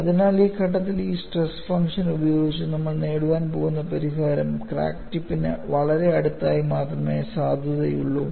അതിനാൽ ഈ ഘട്ടത്തിൽ ഈ സ്ട്രെസ് ഫംഗ്ഷൻ ഉപയോഗിച്ച് നമ്മൾ നേടാൻ പോകുന്ന പരിഹാരം ക്രാക്ക് ടിപ്പിന് വളരെ അടുത്തായി മാത്രമേ സാധുതയുള്ളൂ